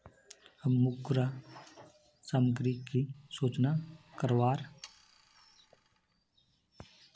हम मुर्गा सामग्री की सूचना करवार?